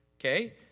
Okay